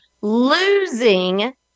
losing